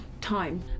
time